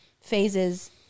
phases